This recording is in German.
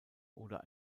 oder